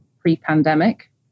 pre-pandemic